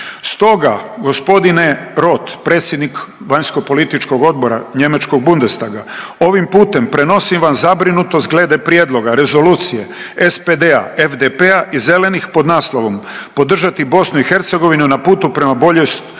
Stoga gospodine Roth predsjednik Vanjskopolitičkog odbora njemačkog Bundestaga ovim putem prenosim vam zabrinutost glede prijedloga Rezolucije SPD-a FDP-a i Zelenih pod naslovom: „Podržati Bosnu i Hercegovinu na putu prema boljoj